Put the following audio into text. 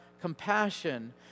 compassion